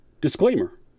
Disclaimer